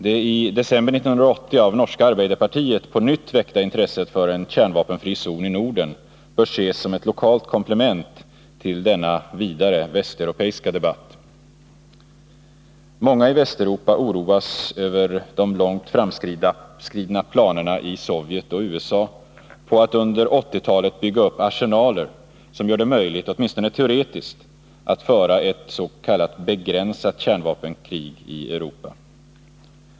Det i december 1980 av norska arbeiderpartiet på nytt väckta intresset för en kärnvapenfri zon i Norden bör ses som ett lokalt komplement till denna vidare västeuropeiska debatt. Många i Västeuropa oroas över de långt framskridna planerna i Sovjet och USA på att under 1980-talet bygga upp arsenaler, som gör det möjligt — åtminstone teoretiskt — att föra ett s.k. begränsat kärnvapenkrig i Europa.